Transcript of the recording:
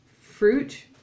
fruit